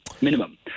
Minimum